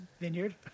vineyard